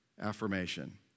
affirmation